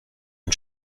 ein